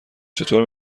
چطور